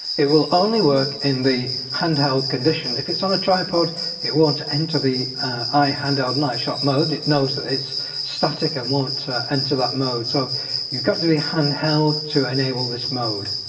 it will only work in the handheld condition if it's on a tripod it won't enter the ihandheld night shot mode it knows that it's static and won't enter that mode so you've got to be handheld to enable this mode!